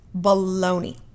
Baloney